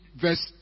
verse